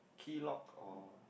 key lock or